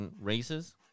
races